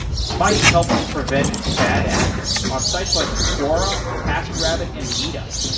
smyte helps prevent bad actors on sites like quora, taskrabbit and meetup.